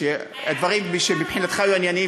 שהדברים שמבחינתך לא ענייניים,